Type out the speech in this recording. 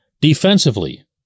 Defensively